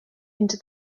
into